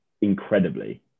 incredibly